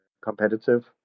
competitive